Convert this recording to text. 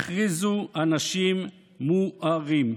הכריזו אנשים מוארים.